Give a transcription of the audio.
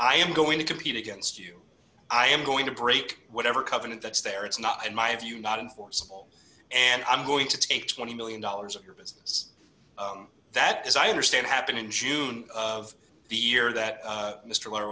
i am going to compete against you i am going to break whatever covenant that stare it's not in my view not in force and i'm going to take twenty million dollars of your business that is i understand happened in june of the year that